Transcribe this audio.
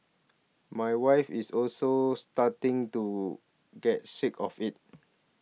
my wife is also starting to get sick of it